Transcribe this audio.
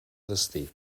destí